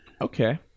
Okay